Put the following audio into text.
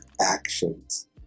actions